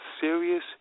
serious